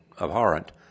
abhorrent